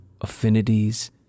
affinities